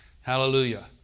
Hallelujah